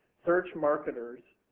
search marketers,